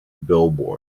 billboard